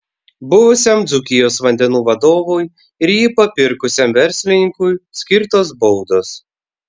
buvusiam dzūkijos vandenų vadovui ir jį papirkusiam verslininkui skirtos baudos